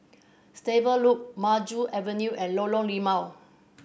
Stable Loop Maju Avenue and Lorong Limau